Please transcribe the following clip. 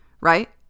Right